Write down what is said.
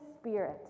Spirit